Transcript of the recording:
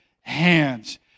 hands